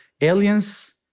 aliens